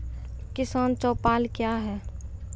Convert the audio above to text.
किसान चौपाल क्या हैं?